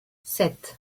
sept